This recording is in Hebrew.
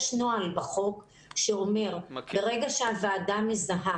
יש נוהל בחוק שאומר שברגע שהוועדה מזהה